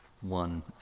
one